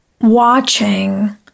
watching